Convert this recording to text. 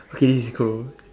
okay this girl